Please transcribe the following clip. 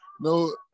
No